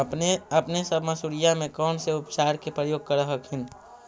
अपने सब मसुरिया मे कौन से उपचार के प्रयोग कर हखिन?